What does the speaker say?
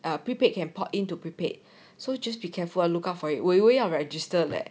uh prepaid can port into prepaid so just be careful look out for it 我以为要 registered leh